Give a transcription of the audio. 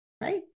Right